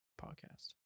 podcast